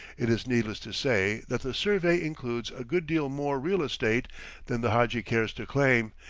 it is needless to say that the survey includes a good deal more real estate than the hadji cares to claim,